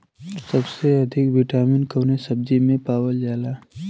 सबसे अधिक विटामिन कवने सब्जी में पावल जाला?